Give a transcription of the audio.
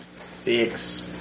Six